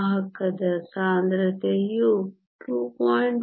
ವಾಹಕದ ಸಾಂದ್ರತೆಯು 2